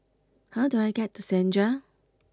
how do I get to Senja